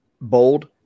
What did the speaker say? Bold